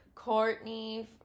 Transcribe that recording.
Courtney